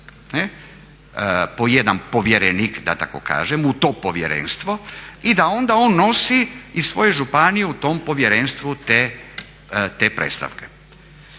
po jedan povjerenik da tako kažem u tom povjerenstvu i da onda on nosi iz svoje županije u tom povjerenstvu te predstavke.